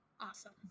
Awesome